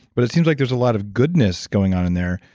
but it seems like there's a lot of goodness going on in there,